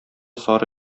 сары